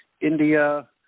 India